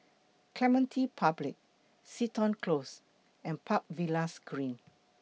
Clementi Public Seton Close and Park Villas Green